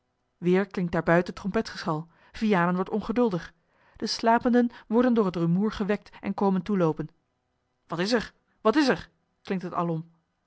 weer klinkt daarbuiten trompetgeschal vianen wordt ongeduldig de slapenden worden door het rumoer gewekt en komen toeloopen wat is er wat is er klinkt het alom